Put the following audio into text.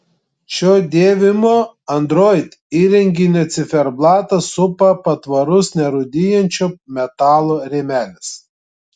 šio dėvimo android įrenginio ciferblatą supa patvarus nerūdijančio metalo rėmelis